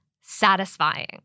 satisfying